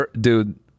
Dude